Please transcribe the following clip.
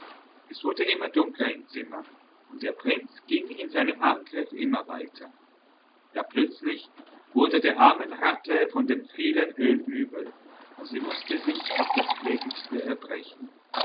es wurde immer dunkler im zimmer und der prinz ging in seinem angriff immer weiter da plötzlich wurde der armen ratte von dem vielen öl übel und sie mußte sich auf das kläglichste erbrechen